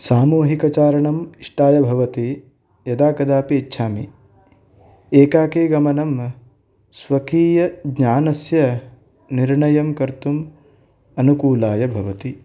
सामूहिकचारणम् इष्टाय भवति यदा कदापि इच्छामि एकाकीगमनम् स्वकीयज्ञानस्य निर्णयं कर्तुम् अनुकुलाय भवति